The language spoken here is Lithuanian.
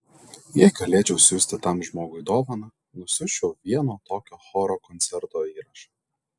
jei galėčiau siųsti tam žmogui dovaną nusiųsčiau vieno tokio choro koncerto įrašą